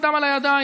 עם דם על הידיים.